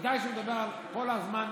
ודאי שהוא מדבר על כל הזמן.